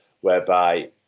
whereby